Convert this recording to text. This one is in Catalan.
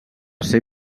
ser